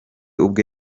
ubwe